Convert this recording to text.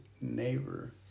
neighbor